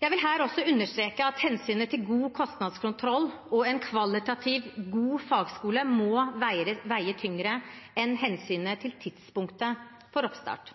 Jeg vil her også understreke at hensynet til god kostnadskontroll og en kvalitativt god fagskole må veie tyngre enn hensynet til tidspunktet for oppstart.